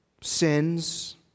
sins